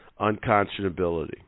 unconscionability